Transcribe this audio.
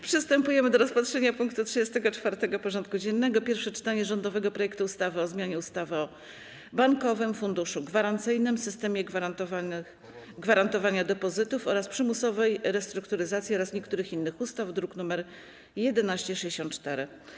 Przystępujemy do rozpatrzenia punktu 34. porządku dziennego: Pierwsze czytanie rządowego projektu ustawy o zmianie ustawy o Bankowym Funduszu Gwarancyjnym, systemie gwarantowania depozytów oraz przymusowej restrukturyzacji oraz niektórych innych ustaw (druk nr 1164)